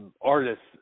artists